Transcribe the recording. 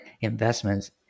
investments